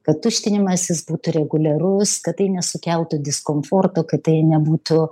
kad tuštinimasis būtų reguliarus kad tai nesukeltų diskomforto kad tai nebūtų